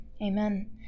Amen